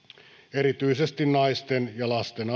erityisesti naisten ja lasten